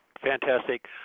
Fantastic